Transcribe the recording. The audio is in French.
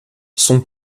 son